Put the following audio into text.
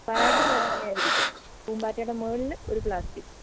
bag മഴ നനയാതിരിക്കാൻ പൂമ്പാറ്റയുടെ മേളിൽ ഒരു പ്ലാസ്റ്റിക്ക്